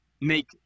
make